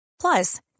plus